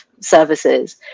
services